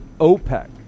OPEC